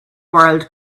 world